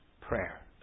prayer